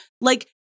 like-